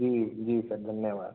जी जी सर धन्यवाद